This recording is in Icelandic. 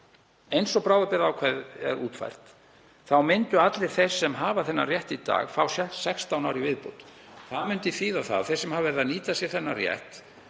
eins og bráðabirgðaákvæðið er útfært myndu allir sem hafa þennan rétt í dag fá 16 ár í viðbót. Það myndi þýða það að þeir sem hafa verið að nýta sér þennan rétt